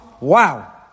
Wow